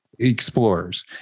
explorers